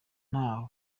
nta